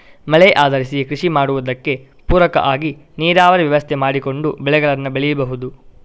ಮಳೆ ಆಧರಿಸಿ ಕೃಷಿ ಮಾಡುದಕ್ಕೆ ಪೂರಕ ಆಗಿ ನೀರಾವರಿ ವ್ಯವಸ್ಥೆ ಮಾಡಿಕೊಂಡು ಬೆಳೆಗಳನ್ನ ಬೆಳೀಬಹುದು